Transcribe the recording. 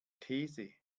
these